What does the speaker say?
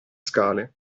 scale